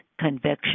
conviction